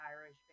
Irish